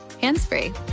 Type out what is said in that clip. hands-free